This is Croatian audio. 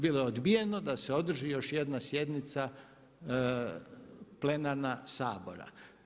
Bilo je odbijeno da se održi još jedna sjednica plenarna Sabora.